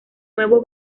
nuevo